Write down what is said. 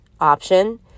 option